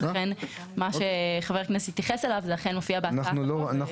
מה שחבר הכנסת התייחס אליו, אכן הופיע בהצעת החוק.